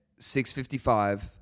6.55